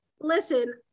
listen